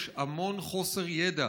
יש המון חוסר ידע,